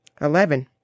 Eleven